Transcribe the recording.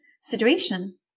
situation